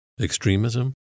extremism